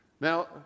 Now